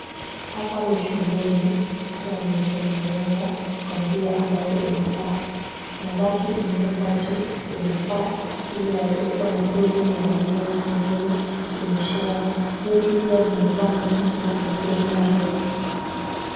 Hapa ni shuleni na wameitengeneza kwa njia ambayo inafaa. Mabati imeekwa juu kwenye paa ili wanafunzi na walimu wasiweze kunyeshewa. Miti pia zimepandwa na hazijamea refu.